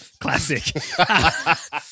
Classic